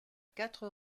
quatre